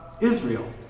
Israel